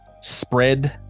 spread